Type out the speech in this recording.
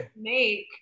make